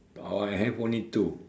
oh I have only two